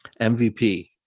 MVP